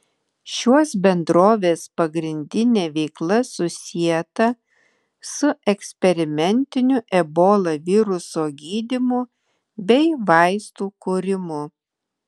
šios bendrovės pagrindinė veikla susieta su eksperimentiniu ebola viruso gydymu bei vaistų kūrimu